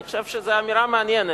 אני חושב שזו אמירה מעניינת.